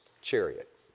chariot